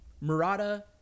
Murata